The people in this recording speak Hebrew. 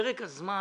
פרק הזמן